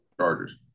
Chargers